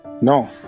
No